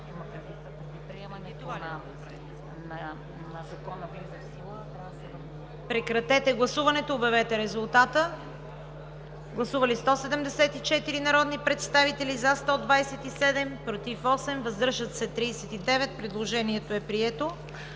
Прекратете гласуването и обявете резултата. Гласували 143 народни представители: за 105, против 38, въздържали се няма. Предложението е прието.